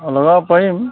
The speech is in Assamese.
লগাব পাৰিম